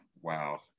Wow